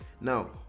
now